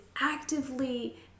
actively